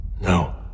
No